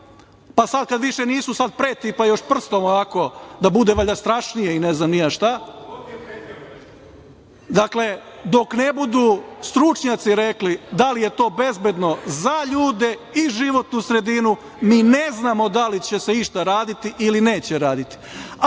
i kada više nisu, sad preti i još prstom da bude strašniji i ne znam ni ja šta, dok ne budu stručnjaci rekli da bude bezbedno za ljude i životnu sredinu, mi ne znamo da li će se išta raditi ili neće raditi. Ako